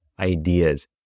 ideas